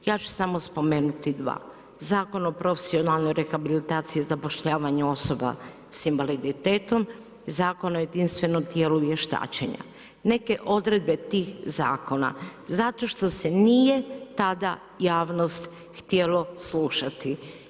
Ja ću samo spomenuti dva, Zakon o profesionalnoj rehabilitaciji i zapošljavanju osoba s invaliditetom, Zakon o jedinstvenom tijelu vještačenja, neke odredbe tih zakona zato što se nije tada javnost htjelo slušati.